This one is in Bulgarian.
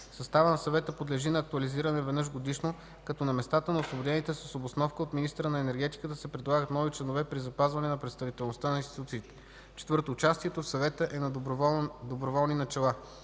Състава на съвета подлежи на актуализиране веднъж годишно, като на местата на освободените с обосновка от министъра на енергетиката се предлагат нови членове при запазване на представителността на институциите. 4. Участието в съвета е на доброволни начала.